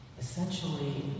Essentially